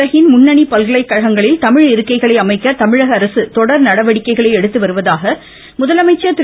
உலகின் முன்னணி பல்கலைக்கழகங்களில் தமிழ் இருக்கைகளை அமைக்க தமிழக அரசு தொடர் நடவடிக்கைகளை எடுத்து வருவதாக முதலமைச்சர் திரு